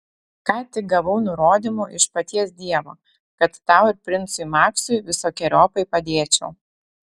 ką tik gavau nurodymų iš paties dievo kad tau ir princui maksui visokeriopai padėčiau